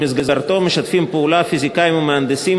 שבמסגרתו משתפים פעולה פיזיקאים ומהנדסים